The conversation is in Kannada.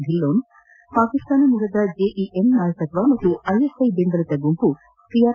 ಡಿಲ್ಲೋನ್ ಪಾಕಿಸ್ತಾನ ಮೂಲಕ ಜೆಇಎಂ ನಾಯಕತ್ವ ಮತ್ತು ಐಎಸ್ಐ ಬೆಂಬಲಿತ ಗುಂಪು ಸಿಆರ್